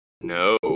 No